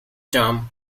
term